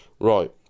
Right